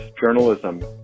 journalism